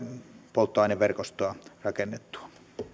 polttoaineverkostoa rakennettua